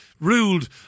ruled